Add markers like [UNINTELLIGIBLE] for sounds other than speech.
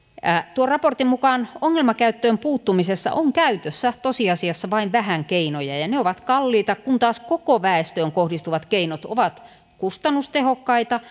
tuon raportin mukaan ongelmakäyttöön puuttumisessa on käytössä tosiasiassa vain vähän keinoja ja ja ne ovat kalliita kun taas koko väestöön kohdistuvat keinot ovat kustannustehokkaita [UNINTELLIGIBLE]